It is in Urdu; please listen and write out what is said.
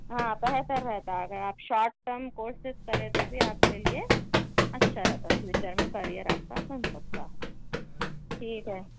ہاں بہتر رہتا اگر آپ شارٹ ٹرم کورسز کرے تو بھی آپ کے لیے اچھا رہتا فیوچر میں کیریئر آپ کا بن سکتا ہے ٹھیک ہے